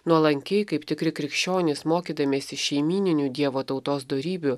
nuolankiai kaip tikri krikščionys mokydamiesi šeimyninių dievo tautos dorybių